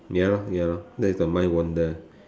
ya lor ya lor let the mind wander